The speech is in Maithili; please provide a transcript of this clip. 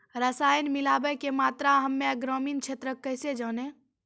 रसायन मिलाबै के मात्रा हम्मे ग्रामीण क्षेत्रक कैसे जानै?